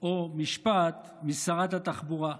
או משפט משרת התחבורה: